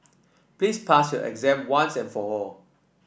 please pass your exam once and for all